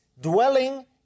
dwelling